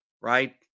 Right